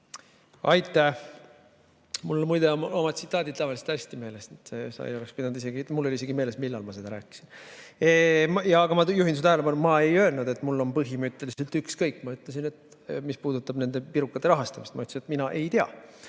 Aitäh! Mul muide on oma tsitaadid tavaliselt hästi meeles, mul on isegi meeles, millal ma seda rääkisin. Ma juhin su tähelepanu, et ma ei öelnud, et mul on põhimõtteliselt ükskõik, mis puudutab nende pirukate rahastamist, ma ütlesin, et mina ei tea,